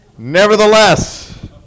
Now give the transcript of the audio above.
Nevertheless